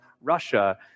Russia